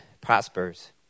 prospers